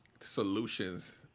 solutions